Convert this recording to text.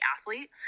athlete